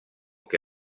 que